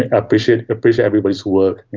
ah appreciate appreciate everybody who works,